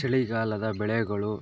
ಚಳಿಗಾಲದ ಬೆಳೆಗಳು